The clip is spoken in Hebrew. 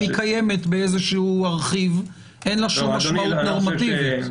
קיימת באיזשהו ארכיב אין לה שום משמעות נורמטיבית.